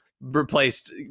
replaced